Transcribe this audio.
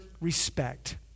respect